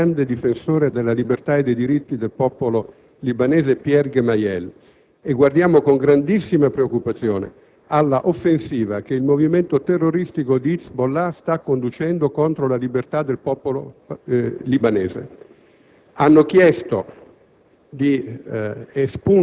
Piangiamo oggi la morte di un grande difensore della libertà e dei diritti del popolo libanese, Pierre Gemayel, e guardiamo con grandissima preoccupazione all'offensiva che il movimento terroristico di Hezbollah sta conducendo contro la libertà del popolo libanese.